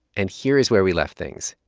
and here is where we left things.